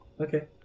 Okay